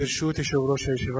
ברשות יושב-ראש הישיבה,